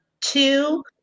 Two